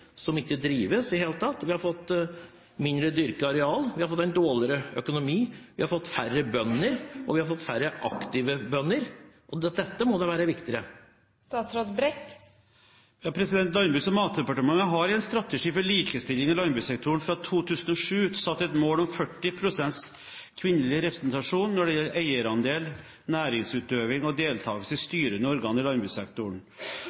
som ikke drives i det hele tatt. Vi har fått mindre dyrket areal. Vi har fått en dårligere økonomi. Vi har fått færre bønder, og vi har fått færre aktive bønder. Dette må da være viktigere? Landbruks- og matdepartementet har i en strategi for likestilling i landbrukssektoren fra 2007 satt et mål om 40 pst. kvinnelig representasjon når det gjelder eierandel, næringsutøvelse og deltakelse i